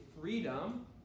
freedom